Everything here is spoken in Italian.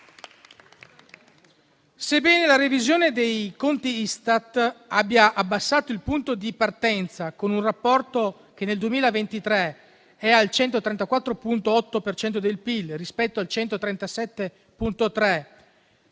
Sebbene la revisione dei conti Istat abbia abbassato il punto di partenza, con un rapporto che nel 2023 è al 134,8 per cento del PIL rispetto al 137,3